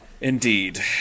Indeed